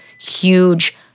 huge